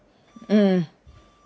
mm